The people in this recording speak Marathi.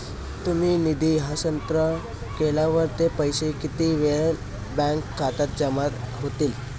तुम्ही निधी हस्तांतरण केल्यावर ते पैसे किती वेळाने बँक खात्यात जमा होतील?